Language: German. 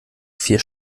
vier